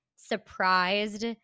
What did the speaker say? surprised